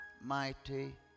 mighty